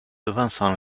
devançant